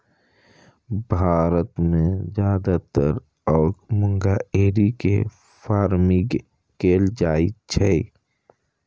भारत मे जादेतर ओक मूंगा एरी के फार्मिंग कैल जाइ छै